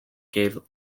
gave